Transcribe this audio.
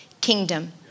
kingdom